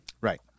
Right